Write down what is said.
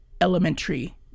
Elementary